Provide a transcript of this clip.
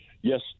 Yes